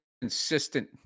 consistent